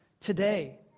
today